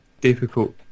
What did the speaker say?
difficult